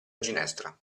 ginestra